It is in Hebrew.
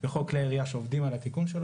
בחוק כלי ירייה כשעובדים על התיקון שלו